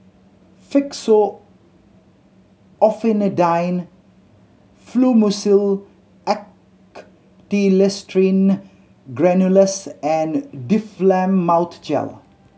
Fexofenadine Fluimucil Acetylcysteine Granules and Difflam Mouth Gel